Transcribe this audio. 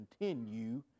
continue